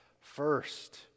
first